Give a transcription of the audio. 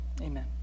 amen